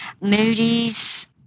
Moody's